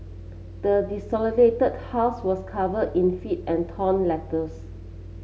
the desolated house was covered in filth and torn letters